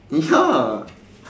ya